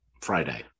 Friday